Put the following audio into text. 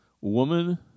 woman